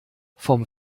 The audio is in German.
vom